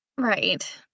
Right